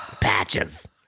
Patches